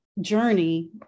journey